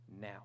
now